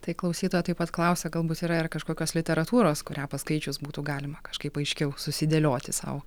tai klausytoja taip pat klausia galbūt yra ir kažkokios literatūros kurią paskaičius būtų galima kažkaip aiškiau susidėlioti sau